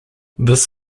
this